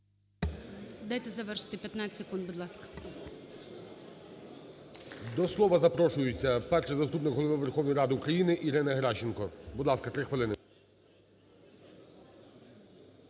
Дайте завершити, 15 секунд, будь ласка. ГОЛОВУЮЧИЙ. До слова запрошується Перший заступник Голови Верховної Ради України Ірина Геращенко. Будь ласка, 3 хвилини.